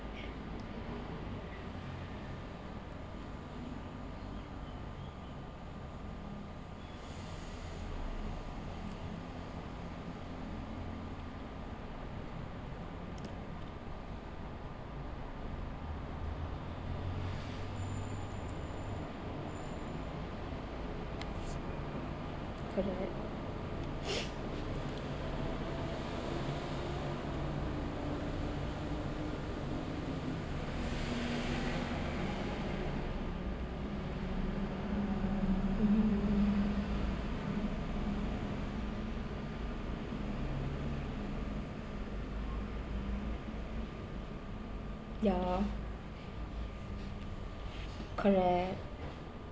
correct mmhmm ya correct